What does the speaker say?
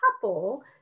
couple